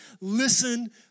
Listen